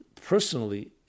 personally